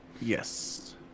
Yes